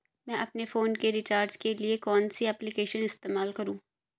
मैं अपने फोन के रिचार्ज के लिए कौन सी एप्लिकेशन इस्तेमाल करूँ?